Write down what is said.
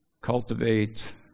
Cultivate